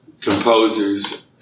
composers